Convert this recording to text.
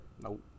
Nope